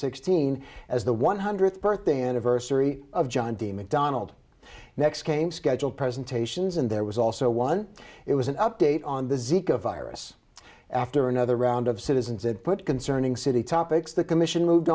sixteen as the one hundredth birthday anniversary of john d macdonald next came scheduled presentations and there was also one it was an update on the zico virus after another round of citizens and put concerning city topics the commission moved